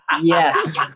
Yes